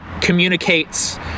communicates